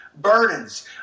burdens